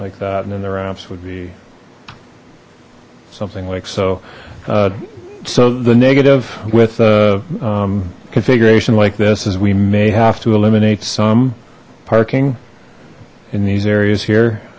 like that and then their apps would be something like so so the negative with a configuration like this is we may have to eliminate some parking in these areas here